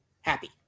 happy